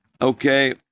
Okay